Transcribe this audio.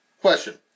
Question